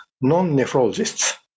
non-nephrologists